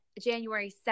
January